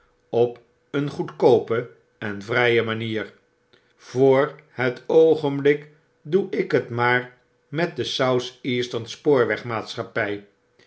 op een goedkoope en vrfle manier voor het oogenblik doe ik het maar met de south eastern spoorweg